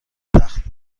سخت